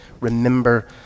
remember